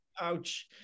ouch